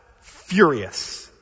furious